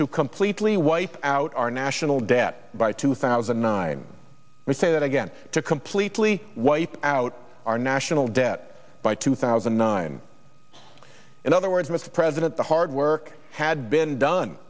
to completely wipe out our national debt by two thousand and nine we say that again to completely wipe out our national debt by two thousand and nine in other words mr president the hard work had been done